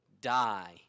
die